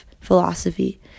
philosophy